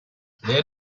there